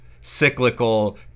cyclical